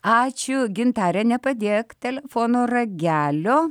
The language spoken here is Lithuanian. ačiū gintare nepadėk telefono ragelio